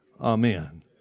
amen